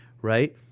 Right